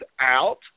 Out